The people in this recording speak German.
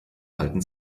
halten